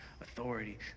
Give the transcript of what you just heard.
authority